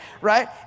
right